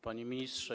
Panie Ministrze!